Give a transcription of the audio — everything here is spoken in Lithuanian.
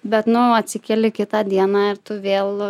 bet nu atsikeli kitą dieną ir tu vėl